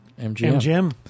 MGM